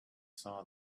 saw